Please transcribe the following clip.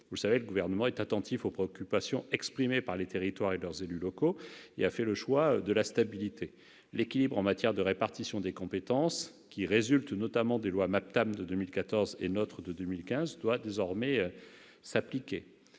Vous le savez, le Gouvernement, attentif aux préoccupations exprimées par les territoires et leurs élus locaux, a fait le choix de la stabilité. L'équilibre en matière de répartition des compétences, qui résulte notamment des lois MAPTAM de 2014 et NOTRe de 2015, doit désormais s'appliquer.